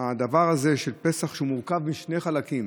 הדבר הזה של פסח מורכב משני חלקים,